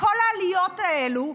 וכל העליות האלה,